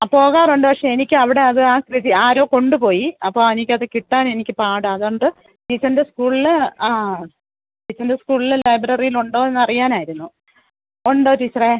ആ പോകാറുണ്ട് പക്ഷേ എനിക്കവിടെ അത് ആ കൃതി ആരോ കൊണ്ടുപോയി അപ്പോള് എനിക്കത് കിട്ടാനെനിക്ക് പാടാണ് അതോണ്ട് ടീച്ചറിൻ്റെ സ്കൂളില് ആ ടീച്ചറിൻ്റെ സ്കൂളിലെ ലൈബ്രറിയിലുണ്ടോ എന്നറിയാനായിരുന്നു ഉണ്ടോ ടീച്ചറേ